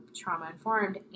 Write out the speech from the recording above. trauma-informed